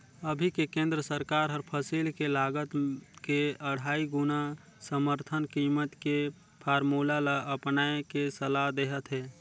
अभी के केन्द्र सरकार हर फसिल के लागत के अढ़ाई गुना समरथन कीमत के फारमुला ल अपनाए के सलाह देहत हे